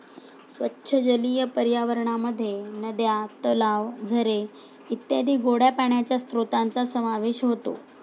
स्वच्छ जलीय पर्यावरणामध्ये नद्या, तलाव, झरे इत्यादी गोड्या पाण्याच्या स्त्रोतांचा समावेश होतो